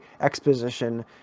exposition